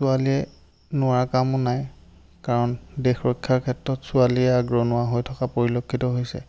ছোৱালীয়ে নোৱাৰা কামো নাই কাৰণ দেশ ৰক্ষাৰ ক্ষেত্ৰত ছোৱালীয়ে আগৰণুৱা হৈ থকা পৰিলক্ষিত হৈছে